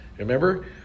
Remember